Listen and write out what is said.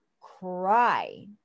cry